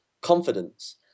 confidence